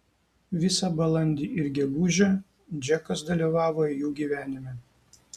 visą balandį ir gegužę džekas dalyvavo jų gyvenime